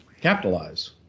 capitalize